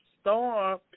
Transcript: Storm